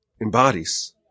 embodies